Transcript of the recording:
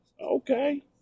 Okay